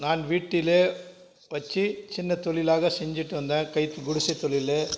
நான் வீட்டிலே வச்சு சின்ன தொழிலாக செஞ்சுட்டு வந்தேன் கைத் குடிசை தொழிலு